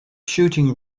shooting